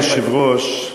אדוני היושב-ראש,